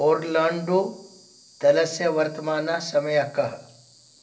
Orlando तलस्य वर्तमानः समयः कः